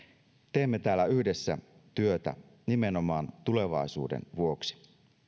teemme täällä yhdessä työtä nimenomaan tulevaisuuden vuoksi